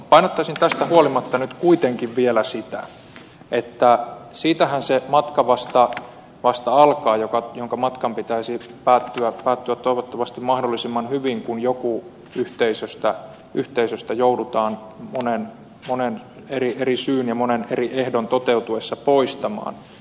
painottaisin tästä huolimatta nyt kuitenkin vielä sitä että siitähän vasta alkaa se matka jonka pitäisi päättyä toivottavasti mahdollisimman hyvin kun joku yhteisöstä joudutaan monen eri syyn ja monen eri ehdon toteutuessa poistamaan